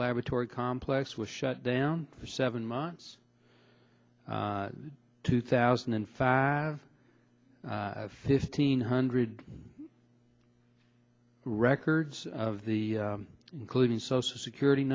laboratory complex was shut down for seven months two thousand and five steen hundred records of the including social security